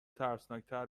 ترسناکتر